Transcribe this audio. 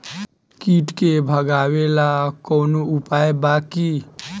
कीट के भगावेला कवनो उपाय बा की?